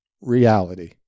reality